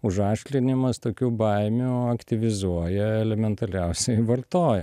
užaštlinimas tokių baimių aktyvizuoja elementaliausiai vartoja